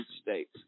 states